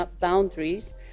boundaries